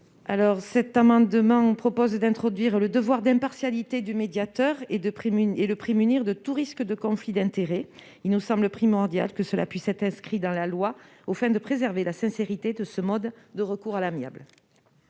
Carrère. Nous proposons d'introduire le devoir d'impartialité du médiateur et de prémunir celui-ci de tout risque de conflit d'intérêts. Il nous semble primordial que cela puisse être inscrit dans la loi, afin de préserver la sincérité de ce mode de recours à l'amiable.